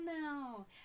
now